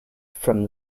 from